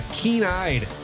keen-eyed